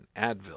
Advil